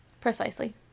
precisely